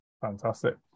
Fantastic